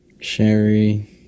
Sherry